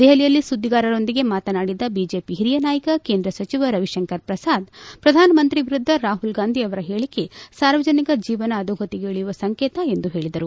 ದೆಹಲಿಯಲ್ಲಿ ಸುದ್ದಿಗಾರರೊಂದಿಗೆ ಮಾತನಾಡಿದ ಬಿಜೆಪಿ ಹಿರಿಯ ನಾಯಕ ಕೇಂದ್ರ ಸಚಿವ ರವಿಶಂಕರ್ ಶ್ರಸಾದ್ ಪ್ರಧಾನಮಂತ್ರಿ ವಿರುದ್ದ ರಾಹುಲ್ ಗಾಂಧಿ ಅವರ ಹೇಳಿಕೆ ಸಾರ್ವಜನಿಕ ಜೀವನ ಅಧೋಗತಿಗೆ ಇಳಿಯುವ ಸಂಕೇತ ಎಂದು ಹೇಳಿದರು